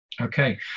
Okay